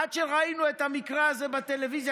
עד שראינו את המקרה הזה בטלוויזיה,